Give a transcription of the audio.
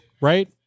right